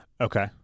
Okay